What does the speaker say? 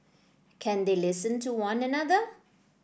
can they listen to one another